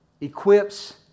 equips